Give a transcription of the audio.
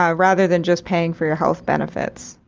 ah rather than just paying for your health benefits,